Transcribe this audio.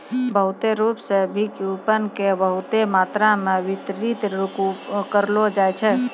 भौतिक रूप से भी कूपन के बहुते मात्रा मे वितरित करलो जाय छै